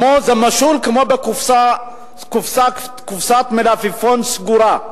זה משול לקופסת מלפפון סגורה.